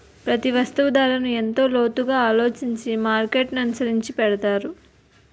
ప్రతి వస్తువు ధరను ఎంతో లోతుగా ఆలోచించి మార్కెట్ననుసరించి పెడతారు